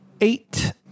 eight